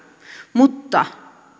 mutta